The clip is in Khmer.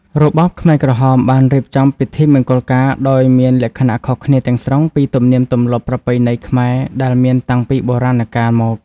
របបខ្មែរក្រហមបានរៀបចំពិធីមង្គលការដោយមានលក្ខណៈខុសគ្នាទាំងស្រុងពីទំនៀមទម្លាប់ប្រពៃណីខ្មែរដែលមានតាំងពីបុរាណកាលមក។